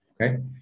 okay